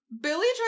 Billy